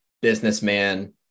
businessman